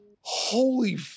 Holy